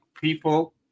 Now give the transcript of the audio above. people